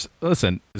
Listen